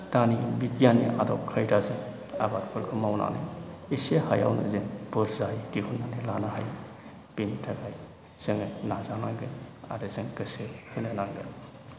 दानि बिगियाननि आदब खायदाजों आबादफोरखौ मावनानै एसे हायावनो जों बुरजायै दिहुननानै लानो हायो बेनि थाखाय जोङो नाजानांगोन आरो जों गोसो होनो नांगोन